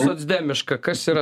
socdemiška kas yra